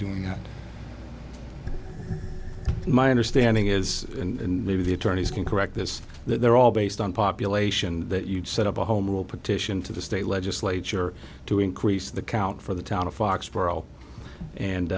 doing that and my understanding is and maybe the attorneys can correct this that they're all based on population that you'd set up a home rule petition to the state legislature to increase the count for the town of foxborough and